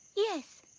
yes!